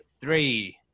three